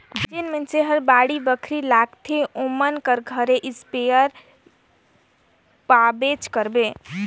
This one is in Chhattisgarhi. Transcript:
जेन मइनसे हर बाड़ी बखरी लगाथे ओमन कर घरे इस्पेयर पाबेच करबे